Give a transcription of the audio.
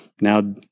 now